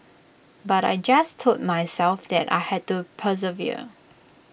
but I just told myself that I had to persevere